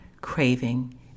craving